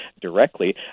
directly